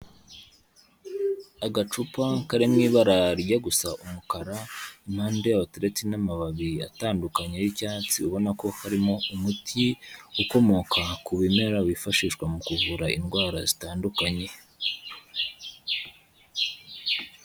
Agacupa kari mu ibara rijya gusa umukara, impande yaho hateretse n'amababi atandukanye y'icyatsi ubona ko karimo umuti ukomoka ku bimera, wifashishwa mu kuvura indwara zitandukanye.